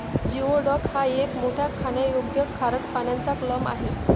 geoduck हा एक मोठा खाण्यायोग्य खारट पाण्याचा क्लॅम आहे